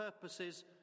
purposes